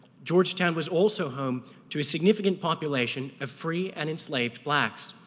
georgetown was also home to a significant population of free and enslaved blacks.